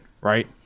right